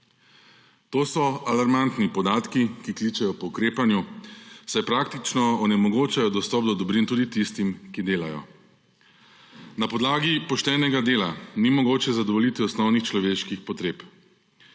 To so alarmantni podatki, ki kličejo po ukrepanju, saj praktično onemogočajo dostop do dobrin tudi tistim, ki delajo. Na podlagi poštenega dela ni mogoče zadovoljiti osnovnih človeških potreb.